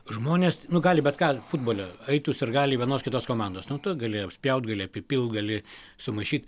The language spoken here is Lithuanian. žmonės nu gali bet ką futbole eitų sirgaliai vienos kitos komandos nu tu gali apspjaut gali apipilt gali sumaišyt